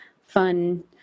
fun